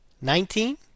nineteen